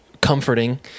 comforting